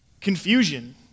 confusion